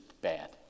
bad